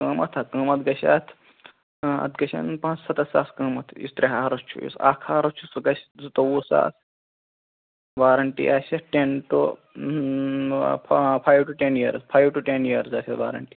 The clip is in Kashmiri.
قٍمَت ہا قٍمَت گَژھِ اتھ آ اتھ گَژھان پانٛژسَتَتھ ساس قٍمَت یُس ترٛےٚ ہارٕس چھُ یُس اکھ ہارٕس چھُ سُہ گَژھِ زٕتووُہ ساس وارَنٹی آسہِ اتھ ٹیٚن ٹُو پانٛ five to ten years five to ten years آسہِ اتھ وارَنٹی